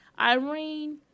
Irene